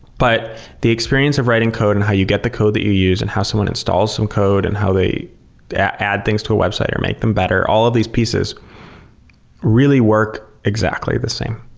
but the experience of writing code and how you get the code that you use and how someone installs some code and how they add things to a website or make them better, all of these pieces really work exactly the same.